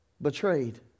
Betrayed